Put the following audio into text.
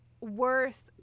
worth